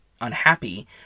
unhappy